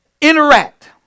interact